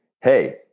hey